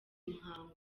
muhango